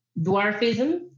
dwarfism